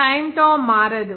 time తో మారదు